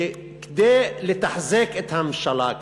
שכדי לתחזק את הממשלה,